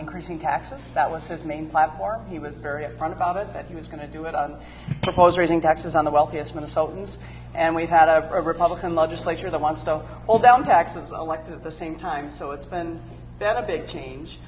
increasing taxes that was his main platform he was very upfront about it that he was going to do it on propose raising taxes on the wealthiest minnesotans and we've had a republican legislature that wants to hold down taxes elective the same time so it's been dead a big